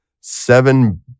seven